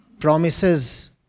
promises